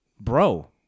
Bro